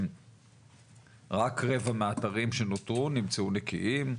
רק רבע מהאתרים שנוטרו נמצאו נקיים,